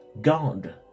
God